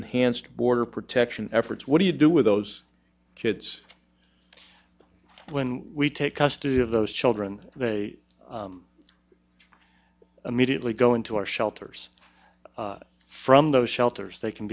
enhanced border protection efforts what do you do with those kids when we take custody of those children they immediately go into our shelters from those shelters they can